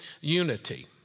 unity